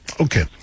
Okay